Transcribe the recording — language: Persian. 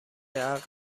عقد